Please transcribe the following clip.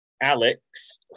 Alex